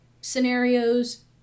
scenarios